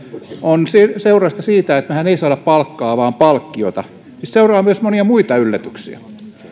on seurausta siitä että mehän emme saa palkkaa vaan palkkiota siitä seuraa myös monia muita yllätyksiä